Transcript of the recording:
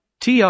Tr